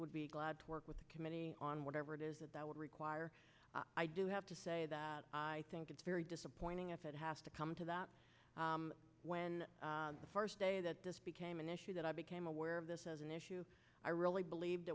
would be glad to work with the committee on whatever it is that would require i do have to say that i think it's very disappointing if it has to come to that when the first day that this became an issue that i became aware of this as an issue i really believed